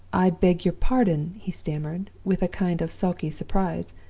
i beg your pardon he stammered, with a kind of sulky surprise.